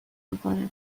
میکنه